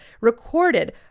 recorded